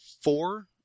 four